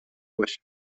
باشد